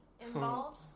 involved